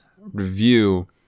review